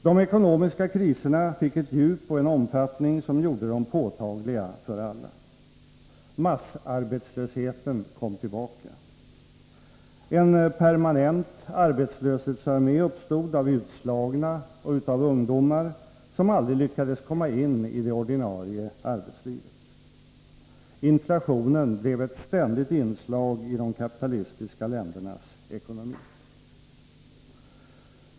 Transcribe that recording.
De ekonomiska kriserna fick ett djup och en omfattning som gjorde dem påtagliga för alla. Massarbetslösheten kom tillbaka. En permanent arbetslöshetsarmé uppstod av utslagna och ungdomar, som aldrig lyckades komma in i det ordinarie arbetslivet. Inflationen blev ett ständigt inslag i de kapitalistiska ländernas ekonomi.